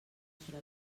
serà